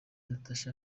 natacha